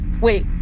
wait